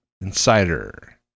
Insider